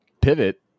pivot